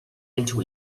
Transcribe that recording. into